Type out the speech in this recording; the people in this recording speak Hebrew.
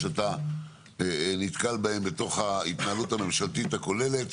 שאתה נתקל בהם בתוך ההתנהלות הממשלתית הכוללת,